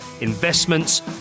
investments